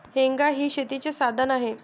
हेंगा हे शेतीचे साधन आहे